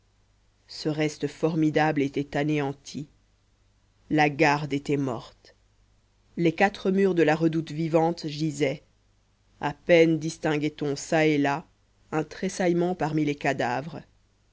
ce reste formidable était anéanti la garde était morte les quatre murs de la redoute vivante gisaient à peine distinguait on çà et là un tressaillement parmi les cadavres